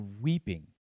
weeping